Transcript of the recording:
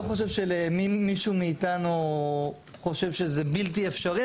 אני לא חושב שמישהו מאיתנו חושב שזה בלתי אפשרי,